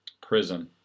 prison